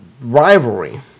rivalry